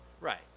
Right